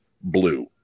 blue